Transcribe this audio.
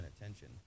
attention